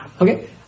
Okay